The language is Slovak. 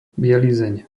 bielizeň